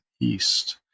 east